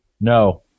No